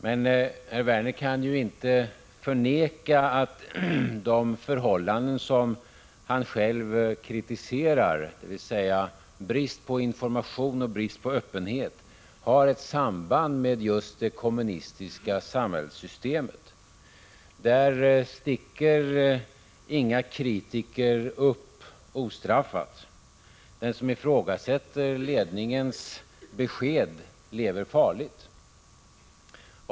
Herr Werner kan dock inte förneka att de förhållanden som han själv kritiserar, dvs. brist på information och brist på öppenhet, har ett samband med just det kommunistiska samhällssystemet. Där sticker inga kritiker upp ostraffat — den som ifrågasätter ledningens besked lever farligt.